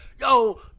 yo